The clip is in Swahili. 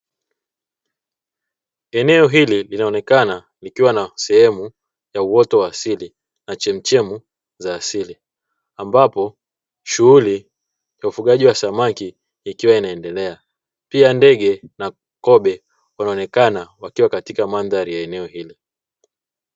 Eneo hili linaonekana likiwa na sehemu ya uoto wa asili na chemichemi za asili ambapo shughuli ya ufugaji wa samaki ikiwa inaendelea, pia ndege na kobe wanaonekana wakiwa katika mandhari ya eneo hili.